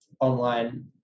online